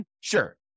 Sure